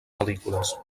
pel·lícules